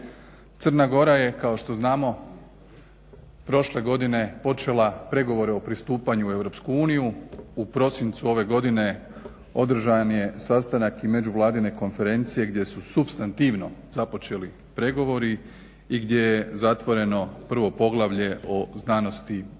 Crna Gora je kao što znamo prošle godine počela pregovore o pristupanju u EU, u prosincu ove godine održan je sastanak i međuvladine konferencije gdje su supstantivno započeli pregovori i gdje je zatvoreno 1. Poglavlje o znanosti i